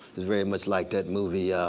very much like that movie,